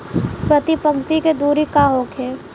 प्रति पंक्ति के दूरी का होखे?